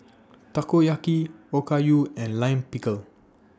Takoyaki Okayu and Lime Pickle